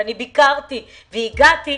ואני ביקרתי והגעתי,